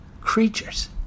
creatures